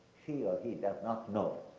she or he does not know